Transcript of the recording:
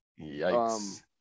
Yikes